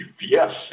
yes